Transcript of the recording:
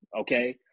okay